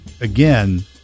again